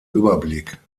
überblick